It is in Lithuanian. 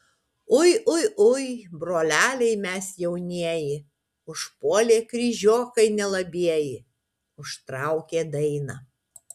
ui ui ui broleliai mes jaunieji užpuolė kryžiokai nelabieji užtraukė dainą